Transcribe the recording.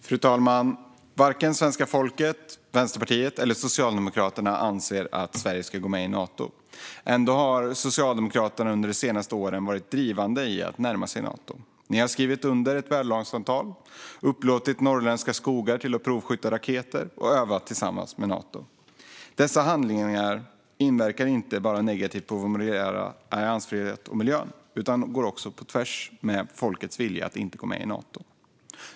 Fru talman! Varken svenska folket, Vänsterpartiet eller Socialdemokraterna anser att Sverige ska gå med i Nato. Ändå har Socialdemokraterna under de senaste åren varit drivande i att närma sig Nato. Ni har skrivit under ett värdlandsavtal, upplåtit norrländska skogar till att provskjuta raketer och övat tillsammans med Nato. Dessa handlingar inverkar inte bara negativt på vår militära alliansfrihet och på miljön utan går också på tvärs mot folkets vilja att inte gå med i Nato.